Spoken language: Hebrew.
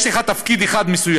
יש לך תפקיד אחד מסוים,